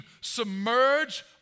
submerge